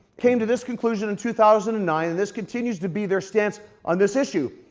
came to this conclusion in two thousand and nine and this continues to be their stance on this issue.